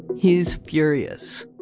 he's furious